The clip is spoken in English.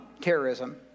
terrorism